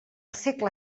segle